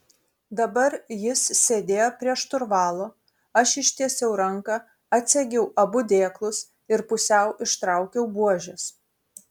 dabar jis sėdėjo prie šturvalo aš ištiesiau ranką atsegiau abu dėklus ir pusiau ištraukiau buožes